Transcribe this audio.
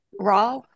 Raw